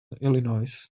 illinois